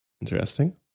Interesting